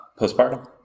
postpartum